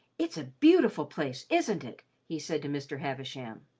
it's a beautiful place, isn't it? he said to mr. havisham.